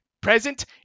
Present